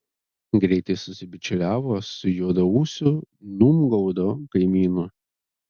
greitai susibičiuliavo su juodaūsiu numgaudo kaimynu